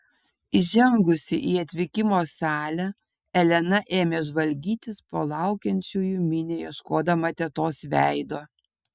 įžengusi į atvykimo salę elena ėmė žvalgytis po laukiančiųjų minią ieškodama tetos veido